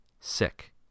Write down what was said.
sick